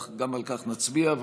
גם על כך נצביע.